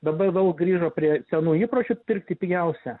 dabar vėl grįžo prie senų įpročių pirkti pigiausią